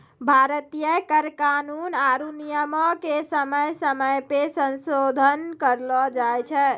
भारतीय कर कानून आरु नियमो के समय समय पे संसोधन करलो जाय छै